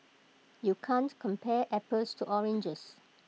you can't compare apples to oranges